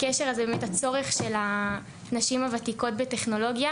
הקשר הזה, הצורך של הנשים הוותיקות בטכנולוגיה